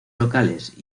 locales